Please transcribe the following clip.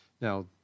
Now